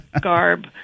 garb